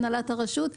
בהנהלת הרשות,